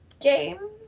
game